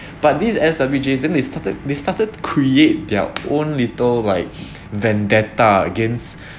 but these S_W_Js then they started they started to create their own little like vendetta against